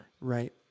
Right